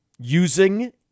using